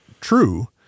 true